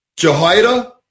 Jehoiada